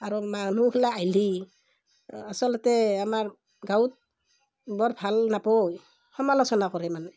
আৰু মানুহ গিলা আহিলি আচলতে আমাৰ গাঁৱত বৰ ভাল নাপোই সমালোচনা কৰে মানে